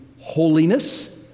holiness